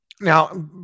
Now